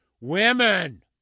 Women